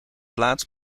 plaats